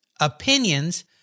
opinions